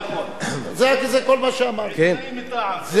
עיתונאים מטעם.